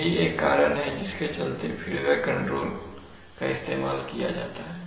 यही एक कारण है जिसके चलते फीडबैक कंट्रोल का इस्तेमाल किया जाता है